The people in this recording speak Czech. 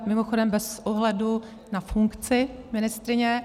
Mimochodem bez ohledu na funkci ministryně.